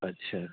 अच्छा